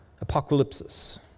apocalypse